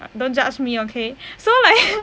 don't judge me okay so like